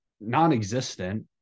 non-existent